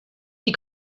die